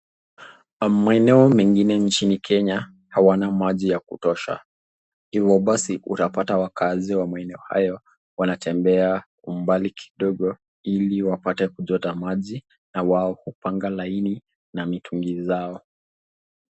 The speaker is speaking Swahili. Maeneo mengine nchini Kenya hawana maji ya kutosha. Hivyo basi utapata wakazi wa maeneo hayo wanatembea umbali kidogo ili wapate kuchota maji na wao kupanga laini na mitungi zao.